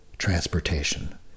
Transportation